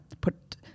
put